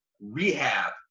rehab